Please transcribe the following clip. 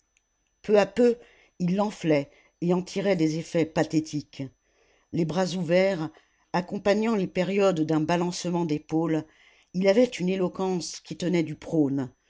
peu à peu il l'enflait et en tirait des effets pathétiques les bras ouverts accompagnant les périodes d'un balancement d'épaules il avait une éloquence qui tenait du prône